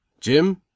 Jim